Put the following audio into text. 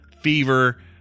fever